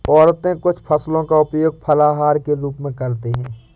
औरतें कुछ फसलों का उपयोग फलाहार के रूप में करते हैं